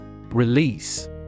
Release